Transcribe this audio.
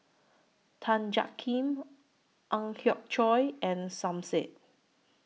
Tan Jiak Kim Ang Hiong Chiok and Som Said